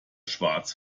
schwarz